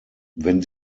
wenn